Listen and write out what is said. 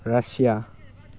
Russia